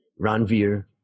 Ranveer